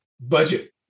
budget